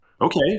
Okay